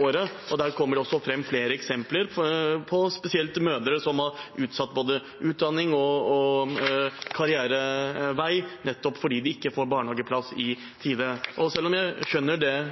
året. Der kom det også fram flere eksempler på at folk, spesielt mødre, har utsatt både utdanning og karrierevei nettopp fordi de ikke får barnehageplass i tide. Selv om jeg skjønner det